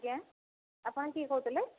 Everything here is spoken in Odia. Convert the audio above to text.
ଆଜ୍ଞା ଆପଣ କିଏ କହୁଥିଲେ